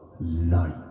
light